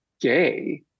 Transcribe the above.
gay